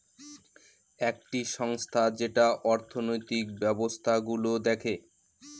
একটি সংস্থা যেটা অর্থনৈতিক ব্যবস্থা গুলো দেখে